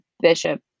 Bishop